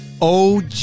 og